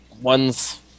One's